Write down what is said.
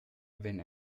wenn